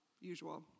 usual